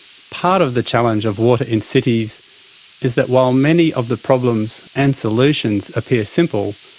part of the challenge of water in cities is that while many of the problems and solutions appear simple,